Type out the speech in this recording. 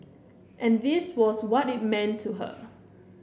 and this was what it meant to her